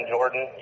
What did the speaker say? Jordan